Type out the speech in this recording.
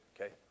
Okay